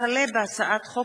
הצעת חוק